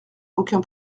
aucun